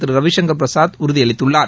திரு ரவிசங்கர் பிரசாத் உறுதியளித்துள்ளார்